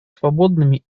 свободными